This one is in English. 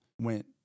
went